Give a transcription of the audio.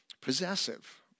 possessive